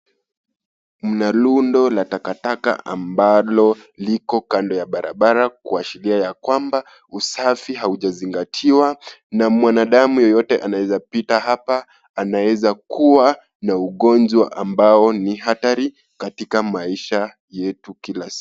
Mnalundo la takataka ambalo liko kando ya barabara kuashiria ya kwamba usafi haujazingatiwa na mwanadamu yeyote anaeza pita hapa anaeza kuwa na ugonjwa ambao ni hatari katika maisha yetu kila siku.